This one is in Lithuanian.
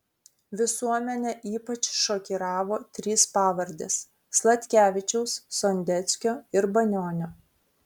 visuomenę ypač šokiravo trys pavardės sladkevičiaus sondeckio ir banionio